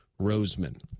Roseman